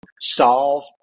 solve